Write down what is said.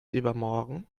übermorgen